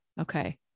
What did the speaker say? Okay